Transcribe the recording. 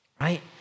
Right